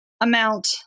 amount